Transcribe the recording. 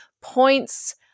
points